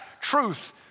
truth